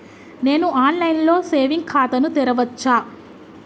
నేను online లో saving ఖాతా ను తెరవచ్చా?